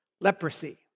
leprosy